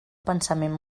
pensament